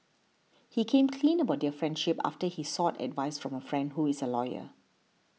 he came clean about their friendship after he sought advice from a friend who is a lawyer